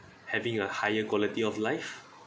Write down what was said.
having a higher quality of life